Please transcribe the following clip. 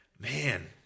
man